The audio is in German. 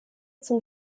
zum